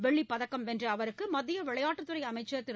வெள்ளிப் பதக்கம் வெள்ற அவருக்கு மத்திய விளையாட்டுத்துறை அமைச்சர் திரு